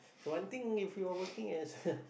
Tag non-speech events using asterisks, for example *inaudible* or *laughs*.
so one thing if you are working as *laughs*